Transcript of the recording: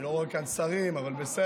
אני לא רואה כאן שרים, אבל בסדר.